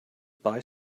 buy